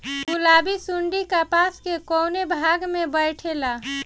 गुलाबी सुंडी कपास के कौने भाग में बैठे ला?